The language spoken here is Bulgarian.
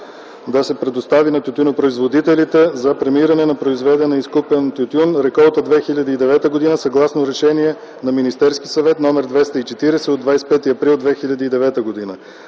да се предостави на тютюнопроизводителите за премиране на произведения изкупен тютюн реколта 2009 г., съгласно решение на Министерския съвет № 240 от 25 април 2009 г.